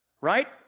right